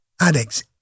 addicts